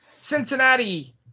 Cincinnati